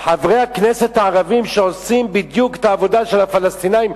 חברי כנסת הערבים שעושים בדיוק את העבודה של הפלסטינים,